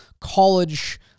College